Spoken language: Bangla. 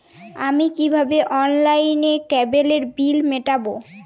আমি কিভাবে অনলাইনে কেবলের বিল মেটাবো?